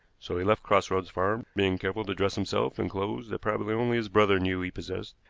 so he left cross roads farm, being careful to dress himself in clothes that probably only his brother knew he possessed,